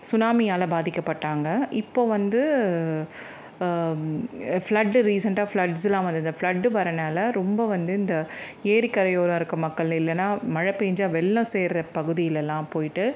சுனாமியால் பாதிக்கப்பட்டாங்க இப்போது வந்து ஃப்ளட்டு ரீசெண்டாக ஃப்ளட்ஸ்ஸெல்லாம் வந்து இந்த ஃப்ளட்டு வரனால் ரொம்ப வந்து இந்த ஏரிக்கரையோரம் இருக்கற மக்கள் இல்லைன்னால் மழை பெஞ்சால் வெள்ளம் சேர்கிற பகுதியிலெல்லாம் போய்விட்டு